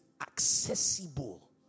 accessible